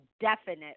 definite